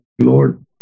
Lord